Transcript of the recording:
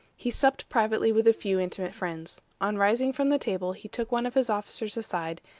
he supped privately with a few intimate friends. on rising from the table, he took one of his officers aside,